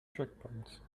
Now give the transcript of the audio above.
checkpoints